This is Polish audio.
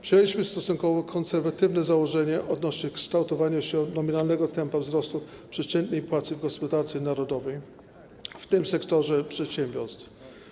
Przyjęliśmy stosunkowo konserwatywne założenie odnośnie do kształtowania się nominalnego tempa wzrostu przeciętnej płacy w gospodarce narodowej, w tym w sektorze przedsiębiorstw.